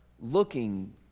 looking